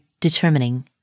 determining